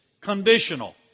Conditional